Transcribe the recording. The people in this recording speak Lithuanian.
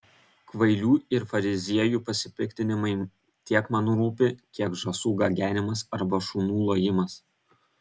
kvailių ir fariziejų pasipiktinimai tiek man rūpi kiek žąsų gagenimas arba šunų lojimas